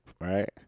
right